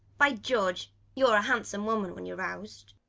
by george! you're a handsome woman when you're roused.